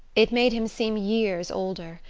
it made him seem years older,